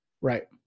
Right